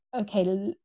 okay